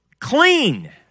clean